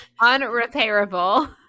unrepairable